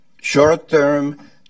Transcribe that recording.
short-term